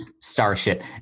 starship